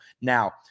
Now